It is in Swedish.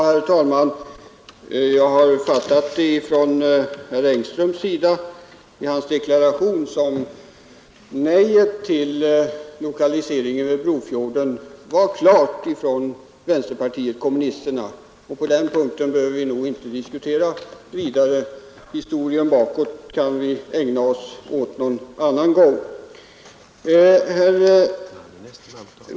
Herr talman! Jag har fattat herr Engströms deklaration så, att nejet till lokalisering vid Brofjorden var klart från vänsterpartiet kommunisterna, och på den punkten behöver vi nog inte diskutera vidare. Att se bakåt i historien kan vi ägna oss åt någon annan gång.